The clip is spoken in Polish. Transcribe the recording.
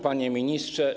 Panie Ministrze!